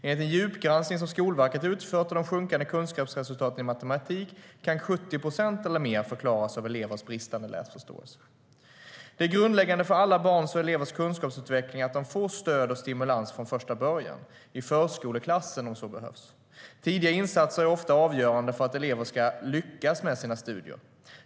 Enligt en djupgranskning som Skolverket utfört av de sjunkande kunskapsresultaten i matematik kan 70 procent eller mer förklaras av elevers bristande läsförståelse. Det är grundläggande för alla barns och elevers kunskapsutveckling att de får stöd och stimulans från första början, i förskoleklassen om så behövs. Tidiga insatser är ofta avgörande för att elever ska lyckas med sina studier.